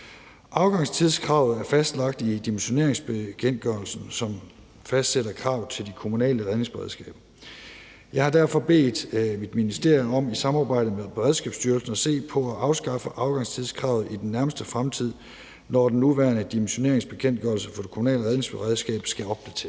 Afgangstidskravet er fastlagt i dimensioneringsbekendtgørelsen, som fastsætter krav til de kommunale redningsberedskaber. Jeg har derfor bedt mit ministerium om i samarbejde med Beredskabsstyrelsen at se på at afskaffe afgangstidskravet i den nærmeste fremtid, når den nuværende dimensioneringsbekendtgørelse for det kommunale redningsberedskab skal opdateres.